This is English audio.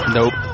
Nope